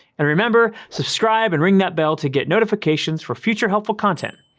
and remember, subscribe and ring that bell to get notifications for future helpful content.